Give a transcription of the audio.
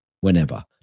whenever